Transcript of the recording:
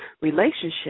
relationship